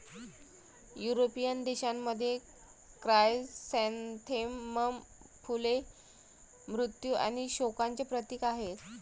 European देशांमध्ये, chrysanthemum फुले मृत्यू आणि शोकांचे प्रतीक आहेत